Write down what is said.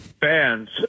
fans